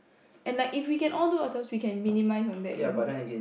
and like if we can all do ourselves we can minimise on that you know